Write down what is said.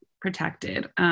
protected